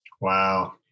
Wow